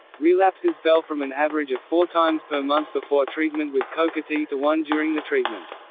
relapses fell from an average of four times per month before treatment with coca tea to one during the treatment.